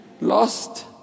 lost